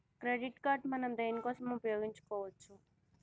Credit card మనం దేనికోసం ఉపయోగించుకోవచ్చు?